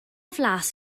flas